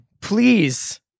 please